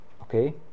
okay